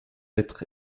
être